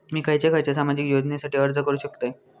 मी खयच्या खयच्या सामाजिक योजनेसाठी अर्ज करू शकतय?